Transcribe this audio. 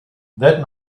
that